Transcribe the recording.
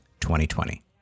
2020